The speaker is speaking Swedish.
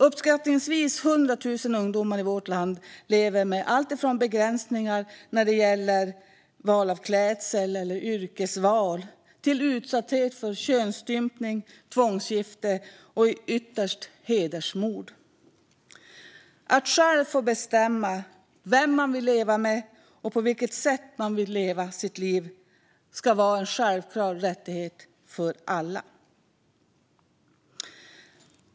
Uppskattningsvis 100 000 ungdomar i vårt land lever med alltifrån begränsningar när det gäller val av klädsel och yrkesval till utsatthet för könsstympning, tvångsgifte och ytterst hedersmord. Att själv få bestämma vem man vill leva med och på vilket sätt man vill leva sitt liv ska vara en självklar rättighet för alla.